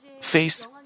face